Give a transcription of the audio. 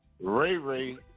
Ray-Ray